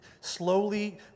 slowly